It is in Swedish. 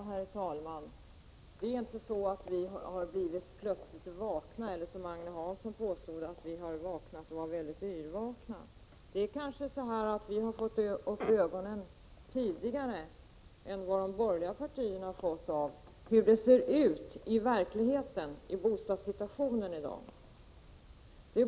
Herr talman! Vi har inte plötsligt vaknat. Vi är inte heller, som Agne Hansson påstod, väldigt yrvakna. Kanske har vi tidigare än de borgerliga partierna fått upp ögonen för hur verkligheten ser ut på bostadsområdet i dag.